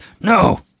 No